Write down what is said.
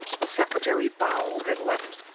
the secretary bowed and left.